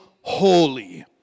holy